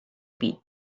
beat